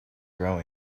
grow